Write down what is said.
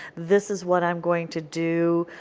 this is what i am going to do.